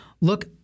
look